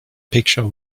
picture